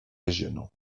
régionaux